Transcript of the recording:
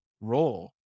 role